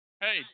Hey